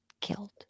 killed